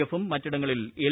കൃഫും മറ്റിടങ്ങളിൽ എൽ